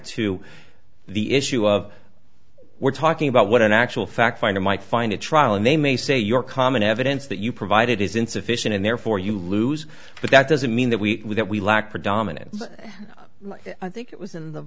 to the issue of we're talking about what an actual fact finder might find a trial and they may say your common evidence that you provided is insufficient and therefore you lose but that doesn't mean that we lack predominant i think it was in the